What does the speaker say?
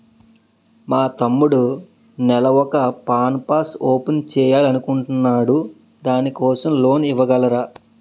మా తమ్ముడు నెల వొక పాన్ షాప్ ఓపెన్ చేయాలి అనుకుంటునాడు దాని కోసం లోన్ ఇవగలరా?